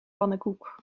pannenkoek